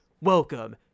welcome